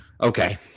Okay